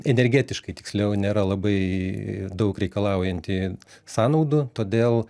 energetiškai tiksliau nėra labai daug reikalaujanti sąnaudų todėl